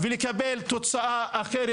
ולקבל תוצאה אחרת,